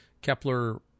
Kepler